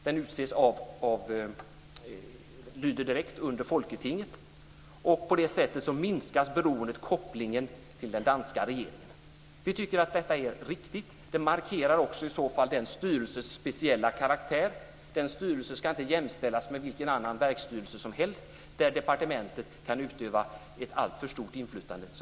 Den lyder direkt under Folketinget, och på det sättet minskas kopplingen till den danska regeringen. Vi tycker att detta är riktigt. Det markerar i så fall också denna styrelses speciella karaktär. Den styrelsen ska inte jämställas med vilken annan verksstyrelse som helst, där departementet kan utöva ett, som vi menar, alltför stort inflytande.